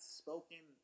spoken